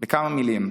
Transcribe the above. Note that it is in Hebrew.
בכמה מילים: